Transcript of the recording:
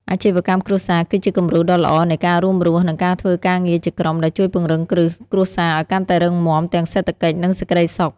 អាជីវកម្មគ្រួសារគឺជាគំរូដ៏ល្អនៃការរួមរស់ និងការធ្វើការងារជាក្រុម ដែលជួយពង្រឹងគ្រឹះគ្រួសារឱ្យកាន់តែរឹងមាំទាំងសេដ្ឋកិច្ច និងសេចក្ដីសុខ។